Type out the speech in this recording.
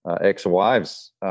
ex-wives